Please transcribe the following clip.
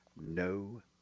No